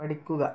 പഠിക്കുക